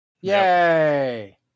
Yay